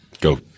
go